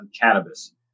cannabis